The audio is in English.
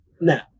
now